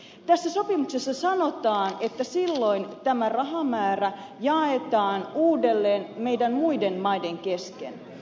tässä sopimuksessa sanotaan että silloin tämä rahamäärä jaetaan uudelleen meidän muiden maiden kesken